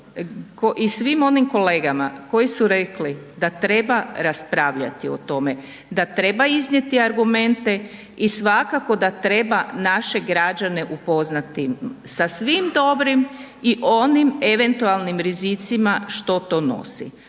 i svim onim kolegama koji su rekli da treba raspravljati o tome, da treba iznijeti argumente i svakako da treba naše građane upoznati sa svim dobrim i onim eventualnim rizicima što to nosi,